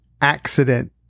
accident